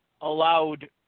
allowed